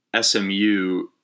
SMU